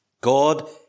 God